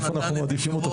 איפה אנחנו מעדיפים אותו.